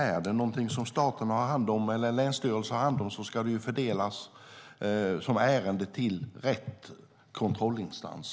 Är det någonting som staten eller länsstyrelsen har hand om ska ärendet delegeras till rätt kontrollinstans.